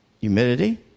humidity